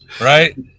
right